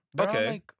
Okay